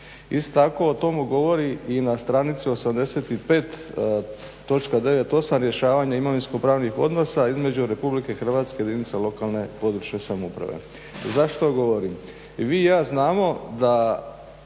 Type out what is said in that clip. Isto tako, o tome govori i na stranici 85 točka 98, rješavanje imovinsko-pravnih odnosa između Republike Hrvatske i jedinica lokalne, područne samouprave. Zašto to govorim? Vi i ja znamo da